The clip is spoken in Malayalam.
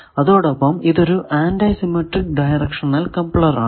അതോടൊപ്പം ഇതൊരു ആന്റി സിമെട്രിക് ഡയറക്ഷണൽ കപ്ലർ ആണ്